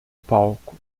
palco